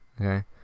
Okay